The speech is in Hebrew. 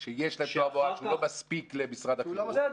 שאחר כך --- שיש להן תואר בהוראה שלא מספיק למשרד החינוך.